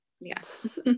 yes